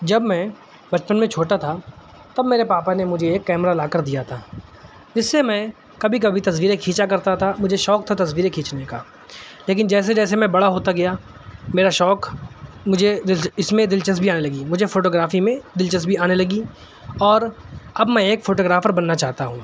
جب میں بچپن میں چھوٹا تھا تب میرے پاپا نے مجھے ایک کیمرہ لا کر دیا تھا جس سے میں کبھی کبھی تصویریں کھینچا کرتا تھا مجھے شوق تھا تصویریں کھینچنے کا لیکن جیسے جیسے میں بڑا ہوتا گیا میرا شوق مجھے اس میں دلچسپی آنے لگی مجھے فوٹوگرافی میں دلچسپی آنے لگی اور اب میں ایک فوٹوگرافر بننا چاہتا ہوں